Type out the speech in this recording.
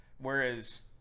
Whereas